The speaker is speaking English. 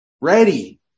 ready